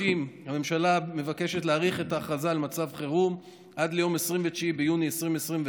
הממשלה מבקשת להאריך את ההכרזה על מצב חירום עד ליום 29 ביוני 2021,